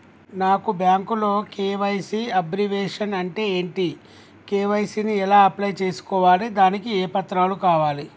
నాకు బ్యాంకులో KYC abbreviation అంటే ఏంటి కే.వై.సీ ని ఎలా అప్లై చేసుకోవాలి దానికి ఏ పత్రాలు కావాలి?